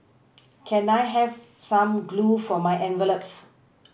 can I have some glue for my envelopes